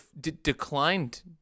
Declined